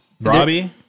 Robbie